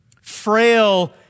frail